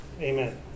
Amen